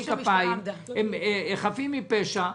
הם חפים מפשע,